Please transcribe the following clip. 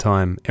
Time